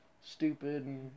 stupid